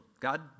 God